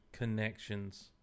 connections